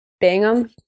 Bingham